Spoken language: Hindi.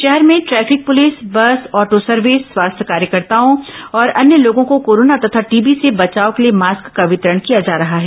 शहर में traffic police bus auto service स्वास्थ्य कार्यकर्ताओं और अन्य लोगों को कोरोना तथा टीबी से बचाव के लिए मास्क का वितरण किया जा रहा है